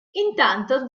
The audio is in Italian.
intanto